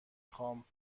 خوام